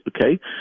Okay